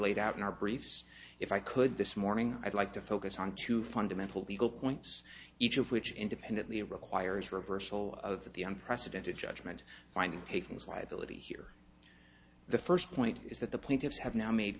laid out in our briefs if i could this morning i'd like to focus on two fundamental legal points each of which independently requires reversal of the unprecedented judgment finding takings liability here the first point is that the plaintiffs have now made